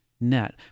net